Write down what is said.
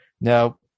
Now